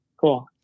Cool